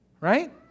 Right